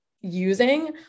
using